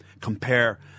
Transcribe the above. compare